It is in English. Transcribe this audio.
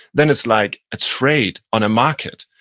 then it's like a trade on a market.